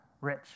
rich